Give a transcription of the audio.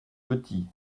petit